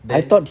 then